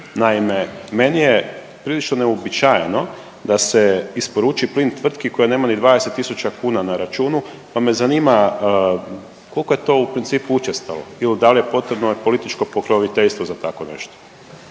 Naime, meni je prilično neuobičajeno da se isporuči plin tvrtki koja nema ni 20 000 kuna na računu, pa me zanima koliko je to u principu učestalo ili da li je potrebno političko pokroviteljstvo za tako nešto?